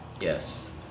yes